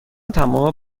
تمام